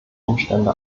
umstände